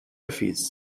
öffis